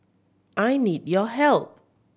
I need your help